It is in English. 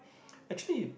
actually